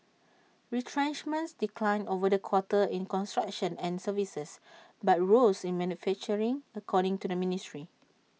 retrenchments declined over the quarter in construction and services but rose in manufacturing according to the ministry